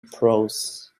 prose